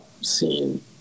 scene